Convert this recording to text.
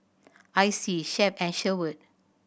Icey Shep and Sherwood